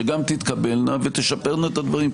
שגם תתקבלנה ותשפרנה את הדברים,